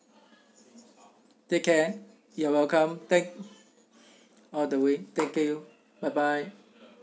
take care you are welcome thank all the way thank you bye bye